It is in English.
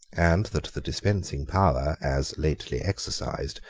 and that the dispensing power, as lately exercised,